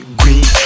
green